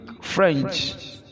French